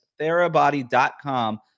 therabody.com